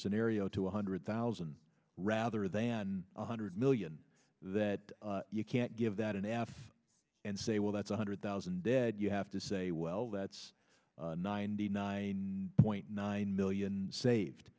scenario to one hundred thousand rather than one hundred million that you can't give that an f and say well that's one hundred thousand dead you have to say well that's ninety nine point nine million saved